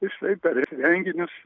jisai prieš renginius